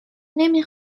نمی